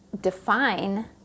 define